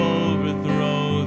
overthrow